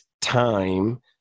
time